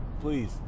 please